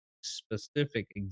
specific